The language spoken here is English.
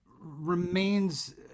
remains